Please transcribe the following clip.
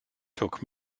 took